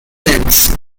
since